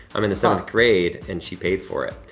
i'm in the seventh grade and she paid for it.